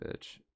bitch